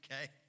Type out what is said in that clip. okay